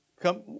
come